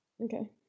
Okay